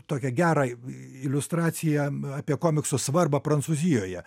tokią gerą iliustraciją apie komiksų svarbą prancūzijoje